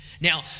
Now